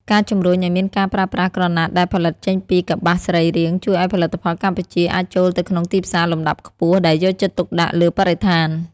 ការជំរុញឱ្យមានការប្រើប្រាស់ក្រណាត់ដែលផលិតចេញពីកប្បាសសរីរាង្គ ជួយឱ្យផលិតផលកម្ពុជាអាចចូលទៅក្នុងទីផ្សារលំដាប់ខ្ពស់ដែលយកចិត្តទុកដាក់លើបរិស្ថាន។